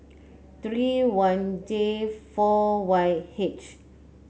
three one J four Y H